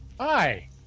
hi